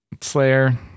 Slayer